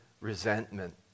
resentment